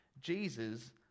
Jesus